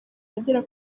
abagera